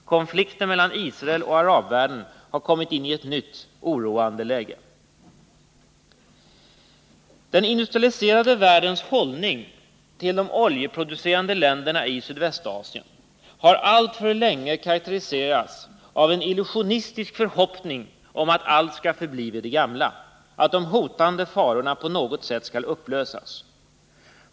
Konflikten mellan Israel och arabvärlden har kommit in i ett nytt oroande läge. Den industrialiserade världens hållning till de oljeproducerande länderna i Sydvästasien har alltför länge karakteriserats av en illusionistisk förhoppning om att allt skall förbli vid det gamla, att de hotande farorna på något sätt skall upplösas.